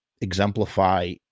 exemplify